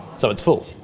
so it's full.